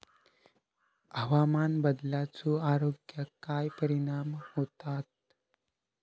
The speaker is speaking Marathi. हवामान बदलाचो आरोग्याक काय परिणाम होतत?